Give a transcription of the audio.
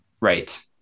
Right